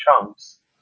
chunks